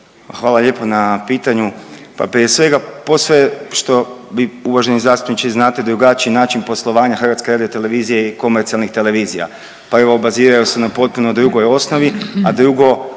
Hvala lijepo na pitanju. Pa prije svega posve što vi uvaženi i znate drugačiji način poslovanja HRT-a i komercijalnih televizija, pa evo baziraju se na potpuno drugoj osnovi, a drugo